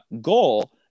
goal